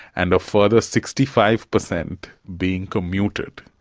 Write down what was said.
and a further sixty five percent being commuted.